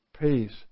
Peace